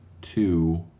two